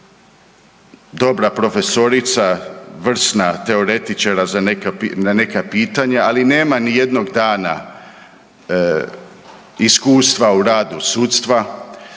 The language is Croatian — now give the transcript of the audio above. dobra profesorica, vrsna teoretičarka za neka pitanja, ali nema nijednog dana iskustva u radu sudstva.